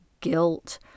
guilt